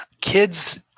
kids